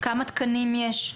כמה תקנים יש,